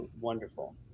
wonderful